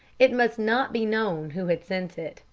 it must not be known who had sent it.